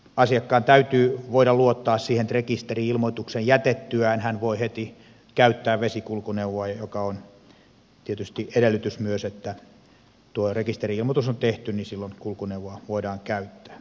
asiakkaan täytyy voida luottaa siihen että rekisteri ilmoituksen jätettyään hän voi heti käyttää vesikulkuneuvoa ja se on tietysti myös edellytys että kun tuo rekisteri ilmoitus on tehty niin silloin kulkuneuvoa voidaan käyttää